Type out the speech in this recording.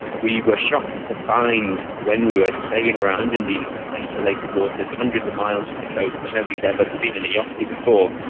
we were shocked to find when we went sailing around in these isolated waters hundreds of miles from the coast that nobody had ever been in a yacht here before,